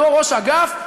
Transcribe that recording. אותו ראש אגף,